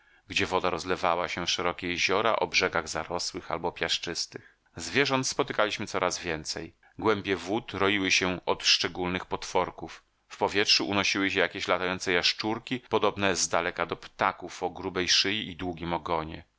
gdzie woda rozlewała się w szerokie jeziora o brzegach zarosłych albo piaszczystych zwierząt spotykaliśmy coraz więcej głębie wód roiły się od szczególnych potworków w powietrzu unosiły się jakieś latające jaszczurki podobne zdaleka do ptaków o grubej szyi i długim ogonie